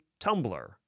Tumblr